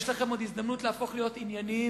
יש לכם עוד הזדמנות להפוך להיות ענייניים,